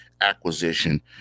acquisition